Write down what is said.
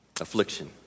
Affliction